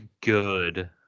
good